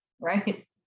right